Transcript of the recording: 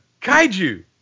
Kaiju